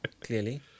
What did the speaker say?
clearly